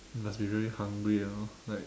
must be really hungry you know like